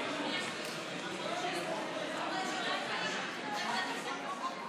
אי-אמון בממשלה לא נתקבלה.